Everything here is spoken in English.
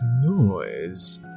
noise